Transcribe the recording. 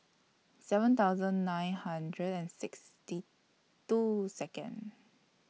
seven thousand nine hundred and sixty two Second